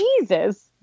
Jesus